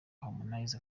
harmonize